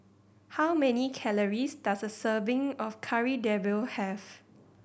how many calories does a serving of Kari Debal have